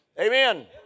Amen